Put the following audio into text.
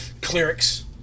clerics